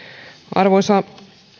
arvoisa